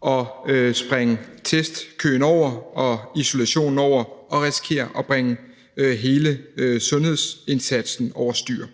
og springe testkøen og isolationen over og risikere at bringe hele sundhedsindsatsen over styr.